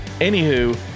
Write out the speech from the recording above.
Anywho